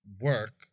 work